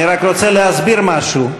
אני רק רוצה להסביר משהו.